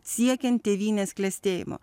siekiant tėvynės klestėjimo